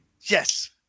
yes